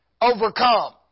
Overcome